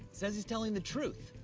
says he's telling the truth.